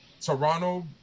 Toronto